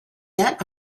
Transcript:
yet